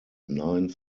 nine